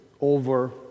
over